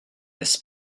this